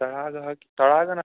तदागः तडागः न